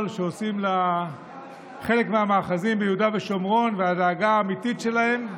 שעושים לחלק מהמאחזים ביהודה ושומרון והדאגה האמיתית שלהם.